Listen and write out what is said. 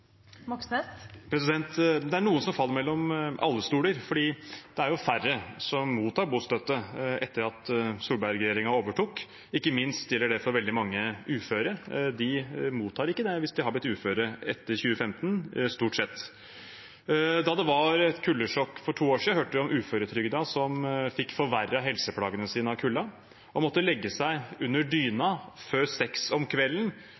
Det er noen som faller mellom alle stoler, for det er færre som mottar bostøtte etter at Solberg-regjeringen overtok. Ikke minst gjelder det veldig mange uføre. De mottar ikke det hvis de har blitt uføre etter 2015, stort sett. Da det var et kuldesjokk for to år siden, hørte vi om uføretrygdede som fikk forverret helseplagene sine av kulden og måtte legge seg under dyna før klokka 18 om kvelden